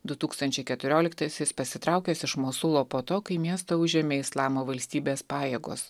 du tūkstančiai keturioliktaisiais pasitraukęs iš mosulo po to kai miestą užėmė islamo valstybės pajėgos